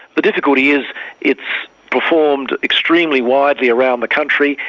the difficulty is it's performed extremely widely around the country,